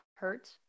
hurt